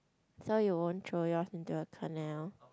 so you won't throw yours into a canal